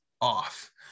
off